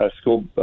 School